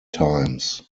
times